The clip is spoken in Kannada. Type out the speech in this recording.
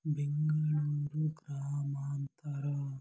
ಬೆಂಗಳೂರು ಗ್ರಾಮಾಂತರ